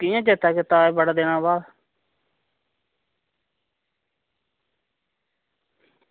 कियां चेते कीता बड़े दिन बाद